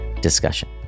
discussion